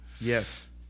Yes